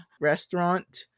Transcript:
restaurant